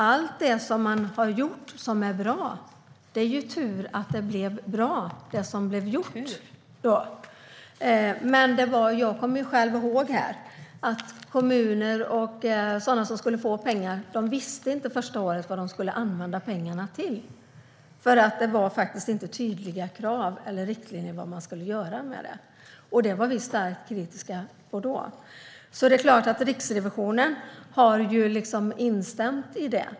Allt det som man har gjort som är bra är det tur att det blev bra. Jag kommer själv ihåg att kommuner och sådana som skulle få pengar inte visste första året vad de skulle använda pengarna till. Det var inte tydliga krav eller riktlinjer för vad man skulle göra med dem. Det var vi då starkt kritiska till. Riksrevisionen har instämt i det.